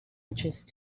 entrance